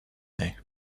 day